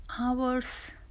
hours